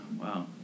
Wow